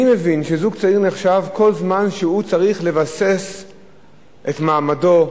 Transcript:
אני מבין שזוג צעיר נחשב כל זמן שהוא צריך לבסס את מעמדו,